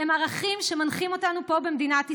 הן ערכים שמנחים אותנו פה במדינת ישראל.